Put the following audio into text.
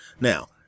Now